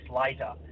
later